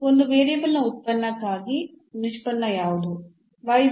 ಒಂದು ವೇರಿಯಬಲ್ನ ಉತ್ಪನ್ನಕ್ಕಾಗಿ ನಿಷ್ಪನ್ನ ಯಾವುದು